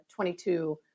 22